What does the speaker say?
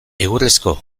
egurrezko